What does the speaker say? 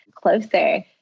closer